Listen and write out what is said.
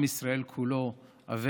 עם ישראל כולו אבל